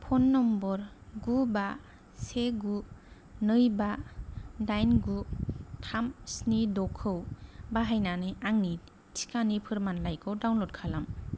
phone number गु बा से गु नै बा दाइन गु थाम स्नि द'खौ बाहायनानै आंनि टिकानि फोरमानलाइखौ डाउनल'ड खालाम